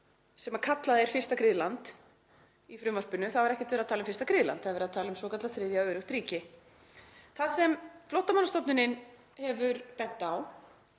sem kallað er fyrsta griðland í frumvarpinu, ekkert verið að tala um fyrsta griðland, þar er verið að tala um svokallað þriðja öruggt ríki. Það sem Flóttamannastofnun hefur bent á